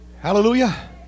Hallelujah